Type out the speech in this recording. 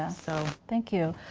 ah so. thank you.